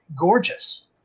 gorgeous